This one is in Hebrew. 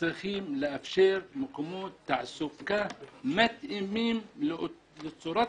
צריכים לאפשר מקומות תעסוקה מתאימים לצורת